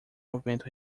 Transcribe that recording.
movimento